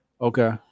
Okay